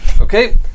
okay